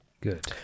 Good